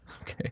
Okay